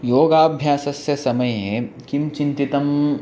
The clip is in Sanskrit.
योगाभ्यासस्य समये किं चिन्तितं